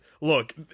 Look